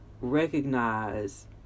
recognize